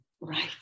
right